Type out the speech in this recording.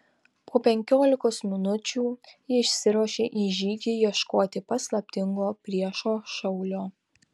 po penkiolikos minučių ji išsiruošė į žygį ieškoti paslaptingo priešo šaulio